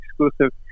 exclusive